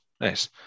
nice